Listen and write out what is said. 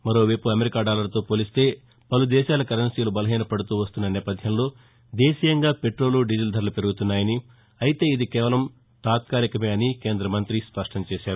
మరోవైపు America dollar తో పోలిస్తే పలు దేశాల కరెన్సీలు బలహీనపడుతూ వస్తున్న నేపధ్యంలో దేశీయంగా పెట్రోలు దీజిల్ ధరలు పెరుగుతున్నాయని అయితే ఇది కేవలం తాత్కాలికమే అని కేంద్రమంత్రి స్పష్టం చేశారు